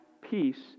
peace